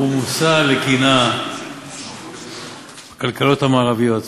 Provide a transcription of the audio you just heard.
היא מושא לקנאה של הכלכלות המערביות.